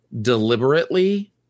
deliberately